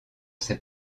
ses